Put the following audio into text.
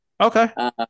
Okay